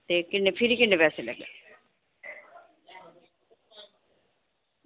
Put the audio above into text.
ते किन्ने फिर किन्ने पैसे लग्गने